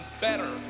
better